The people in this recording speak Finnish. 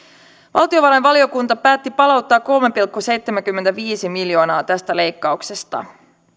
valtiovarainvaliokunta päätti palauttaa kolme pilkku seitsemänkymmentäviisi miljoonaa tästä leikkauksesta